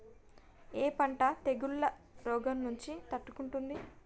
ఏ పంట తెగుళ్ల రోగం నుంచి తట్టుకుంటుంది?